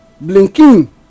blinking